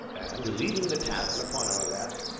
and, leaving the tavern upon our left,